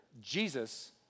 Jesus